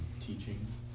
teachings